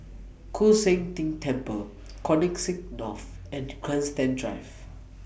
Koon Seng Ting Temple Connexis North and Grandstand Drive